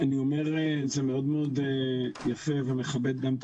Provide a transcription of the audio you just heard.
-- אני אומר זה מאוד מאוד יפה ומכבד גם את